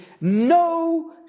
no